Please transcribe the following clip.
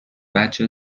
بچه